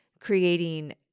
creating